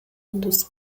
dos